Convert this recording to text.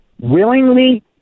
willingly